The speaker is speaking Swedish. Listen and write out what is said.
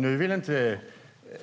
Nu vill